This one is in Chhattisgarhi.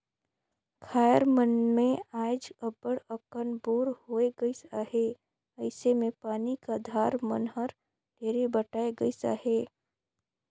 खाएर मन मे आएज अब्बड़ अकन बोर होए गइस अहे अइसे मे पानी का धार मन हर ढेरे बटाए गइस अहे